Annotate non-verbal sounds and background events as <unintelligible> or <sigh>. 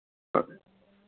<unintelligible>